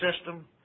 system